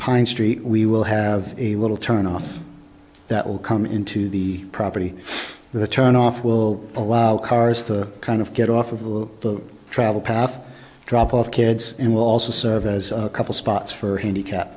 pine street we will have a little turn off that will come into the property the turn off will allow cars to kind of get off of the travel path drop off kids and will also serve as a couple spots for handicapped